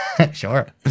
Sure